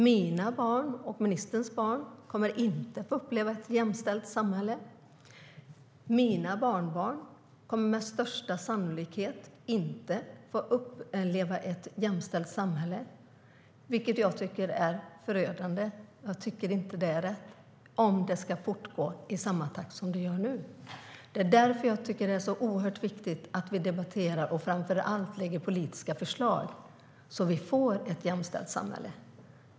Mina barn och ministerns barn kommer inte att få uppleva ett jämställt samhälle, och mina barnbarn kommer med största sannolikhet inte heller att få uppleva ett jämställt samhälle om det ska fortgå i samma takt som i dag. Jag tycker att det är förödande. Jag tycker inte att det är rätt. Det är därför jag tycker att det är så oerhört viktigt att vi debatterar - och framför allt lägger fram politiska förslag - så att vi får ett jämställt samhälle.